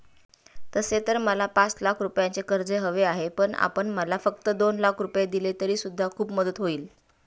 तसे तर मला पाच लाख रुपयांचे कर्ज हवे आहे, पण आपण मला फक्त दोन लाख रुपये दिलेत तरी सुद्धा खूप मदत होईल